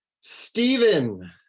Stephen